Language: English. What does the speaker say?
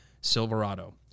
Silverado